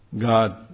God